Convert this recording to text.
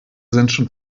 sind